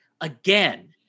again